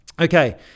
Okay